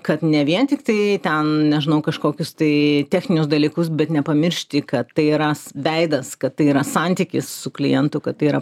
kad ne vien tiktai ten nežinau kažkokius tai techninius dalykus bet nepamiršti kad tai yra veidas kad tai yra santykis su klientu tai yra